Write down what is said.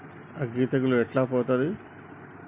అగ్గి తెగులు ఎట్లా పోతది?